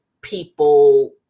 people